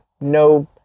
no